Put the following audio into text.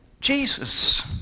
Jesus